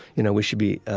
you know we should be